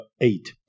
eight